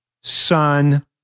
son